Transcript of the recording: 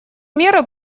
меры